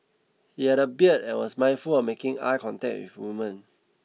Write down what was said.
he had a beard and was mindful of making eye contact with women